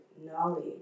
knowledge